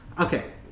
Okay